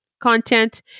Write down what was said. content